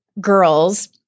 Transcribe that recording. girls